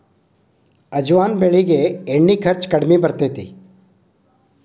ಅಜವಾನ ಬೆಳಿಗೆ ಎಣ್ಣಿ ಖರ್ಚು ಕಡ್ಮಿ ಬರ್ತೈತಿ